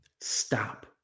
stop